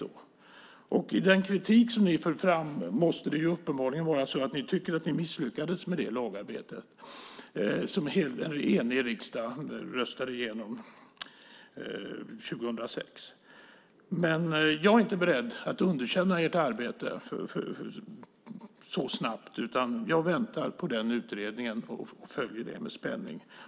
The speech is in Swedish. Med den politik som ni för fram måste det uppenbarligen vara så att ni tycker att ni misslyckades med det lagarbete som en enig riksdag röstade igenom år 2006. Jag är inte beredd att underkänna ert arbete så snabbt. Jag väntar på utredningen och följer arbetet med spänning.